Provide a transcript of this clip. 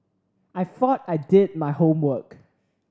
I thought I did my homework